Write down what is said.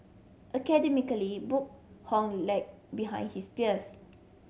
academically Boon Hock lagged behind his peers